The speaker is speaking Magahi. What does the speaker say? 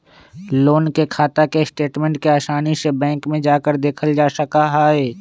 लोन के खाता के स्टेटमेन्ट के आसानी से बैंक में जाकर देखल जा सका हई